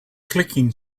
clicking